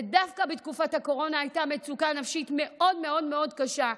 ודווקא בתקופת הקורונה הייתה מצוקה נפשית מאוד מאוד מאוד קשה.